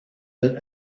that